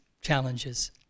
challenges